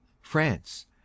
France